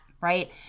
right